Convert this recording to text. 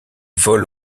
vole